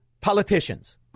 politicians